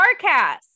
StarCast